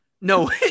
no